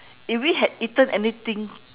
if we had eaten anything